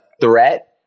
threat